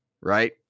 right